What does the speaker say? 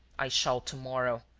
i shall to-morrow.